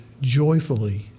joyfully